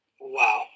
Wow